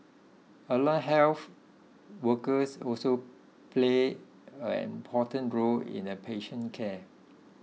allied health workers also play an important role in a patient's care